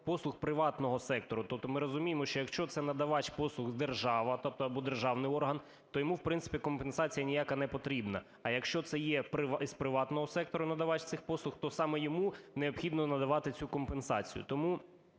послуг приватного сектору". Тобто ми розуміємо, що якщо це надавач послуг держава або державний орган, то йому в принципі компенсація ніяка не потрібна. А якщо це є із приватного сектору надавач цих послуг, то саме йому необхідно надавати цю компенсацію. Тому